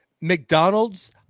McDonald's